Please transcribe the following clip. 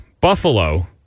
Buffalo